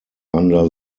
under